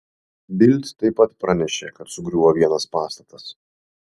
bild taip pat pranešė kad sugriuvo vienas pastatas